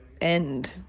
end